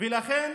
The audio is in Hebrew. ולכן